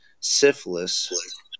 syphilis